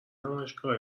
نمایشگاه